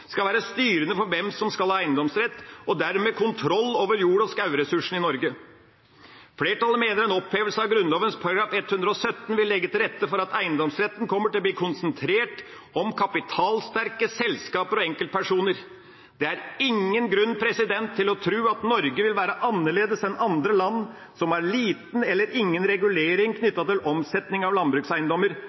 skal være styrende for hvem som skal ha eiendomsrett, og dermed kontroll, over jord- og skogressursene i Norge. Flertallet mener en opphevelse av Grunnloven § 117 vil legge til rette for at eiendomsretten kommer til å bli konsentrert om kapitalsterke selskaper og enkeltpersoner. Det er ingen grunn til å tro at Norge vil være annerledes enn andre land som har liten eller ingen regulering knyttet til omsetning av landbrukseiendommer,